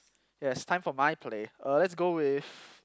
yes time for my play uh let's go with